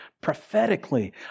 prophetically